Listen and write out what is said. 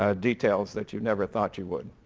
ah details that you never thought you would.